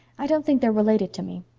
i don't think they're related to me.